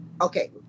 okay